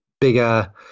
bigger